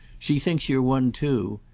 she thinks you're one too.